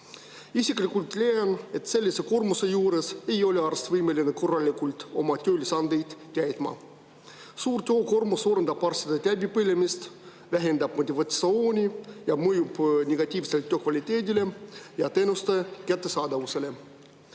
Isiklikult leian, et sellise koormusega ei ole arst võimeline korralikult oma tööülesandeid täitma. Suur töökoormus suurendab arstide läbipõlemist, vähendab motivatsiooni ja mõjub negatiivselt töö kvaliteedile ja teenuste kättesaadavusele.